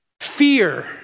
Fear